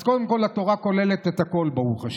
אז קודם כול, התורה כוללת את הכול, ברוך השם.